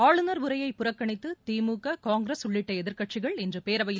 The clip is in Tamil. ஆளுநர் உரையை புறக்கணித்து திமுக காங்கிரஸ் உள்ளிட்ட எதிர்கட்சிகள் இன்று பேரவையில்